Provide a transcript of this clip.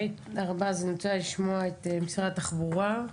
רוצה לשמוע את משרד התחבורה.